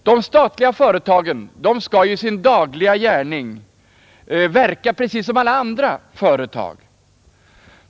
De statliga företagen skall i sin dagliga gärning verka precis som alla andra företag.